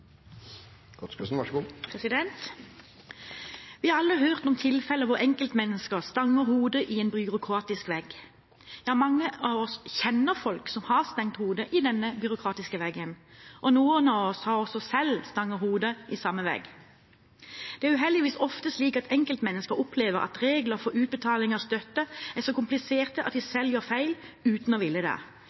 Vi har alle hørt om tilfeller der enkeltmennesker stanger hodet i en byråkratisk vegg – ja, mange av oss kjenner folk som har stanget hodet i den byråkratiske veggen. Noen av oss har også selv stanget hodet i samme vegg. Det er uheldigvis ofte slik at enkeltmennesker opplever at regler for utbetaling av støtte er så kompliserte at de selv gjør feil uten å